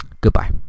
Goodbye